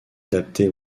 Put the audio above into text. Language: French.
adaptés